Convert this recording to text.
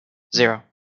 zero